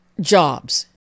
jobs